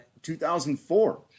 2004